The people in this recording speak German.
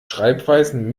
schreibweisen